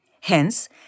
Hence